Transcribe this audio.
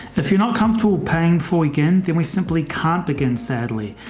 if you're not comfortable paying for weekend, then we simply can't begin. sadly,